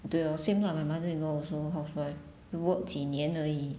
对 lor same lah my mother-in-law also housewife work 几年而已